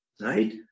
right